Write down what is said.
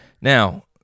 Now